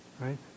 right